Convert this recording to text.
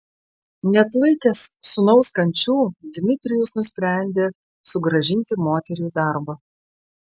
neatlaikęs sūnaus kančių dmitrijus nusprendė sugrąžinti moterį į darbą